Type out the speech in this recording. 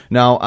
now